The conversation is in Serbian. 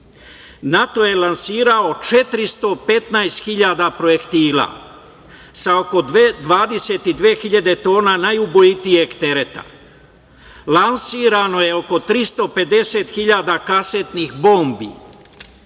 NATO je lansirao 415.000 projektila, sa oko 22.000 tona najubojitijeg tereta. Lansirano je oko 350.000 kasetnih bombi.